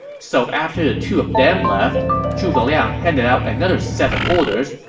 so after the two of them left, zhuge liang handed out another set of orders,